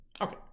Okay